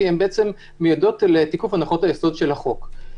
הן מעידות על תיקוף הנחות היסוד של החוק.